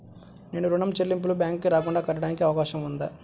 నేను ఋణం చెల్లింపులు బ్యాంకుకి రాకుండా కట్టడానికి అవకాశం ఉందా?